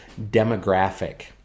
demographic